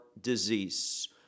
disease